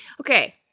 Okay